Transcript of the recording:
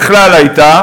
אם בכלל הייתה.